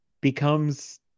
becomes